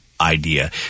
idea